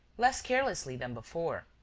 less carelessly than before,